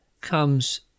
comes